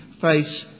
face